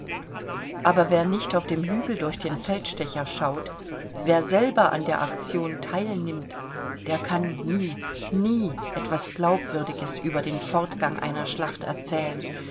aber wer nicht auf dem hügel durch den feldstecher schaut wer selber an der aktion teilnimmt der kann nie nie etwas glaubwürdiges über den fortgang einer schlacht erzählen